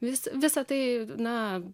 vis visa tai na